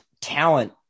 talent